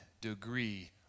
degree